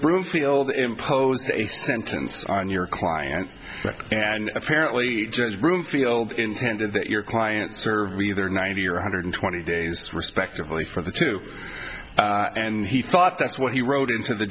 broomfield imposed a sentence on your client and apparently judge broomfield intended that your client server either ninety or one hundred twenty days respectively for the two and he thought that's what he wrote into the